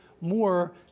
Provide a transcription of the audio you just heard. more